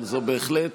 אבל זו בהחלט